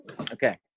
Okay